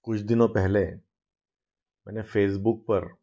कुछ दिनों पहले मैंने फेसबुक पर